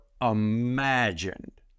imagined